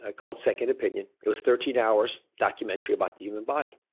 ah called second opinion. it was thirteen hours documentary about the human body.